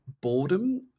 boredom